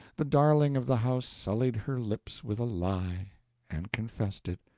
the darling of the house sullied her lips with a lie and confessed it,